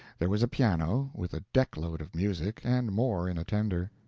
there was a piano, with a deck-load of music, and more in a tender.